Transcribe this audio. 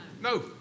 No